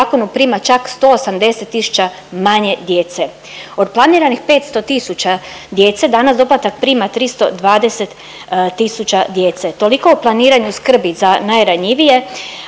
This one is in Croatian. zakonu prima čak 180 tisuća manje djece. Od planiranih 500 tisuća djece danas doplatak prima 320 tisuća djeca, toliko o planiranju skrbi za najranjivije,